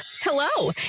hello